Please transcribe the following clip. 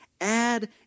add